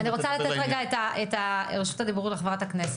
אני רוצה לתת רגע את הרשות הדיבור לחברת הכנסת,